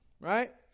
right